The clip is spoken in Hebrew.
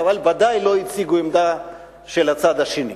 אבל בוודאי לא הציגו עמדה של הצד השני.